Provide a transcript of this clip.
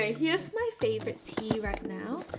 ah here's my favourite tea right now.